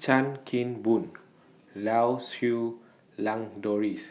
Chan Kim Boon Lau Siew Lang Doris